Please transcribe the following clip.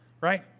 right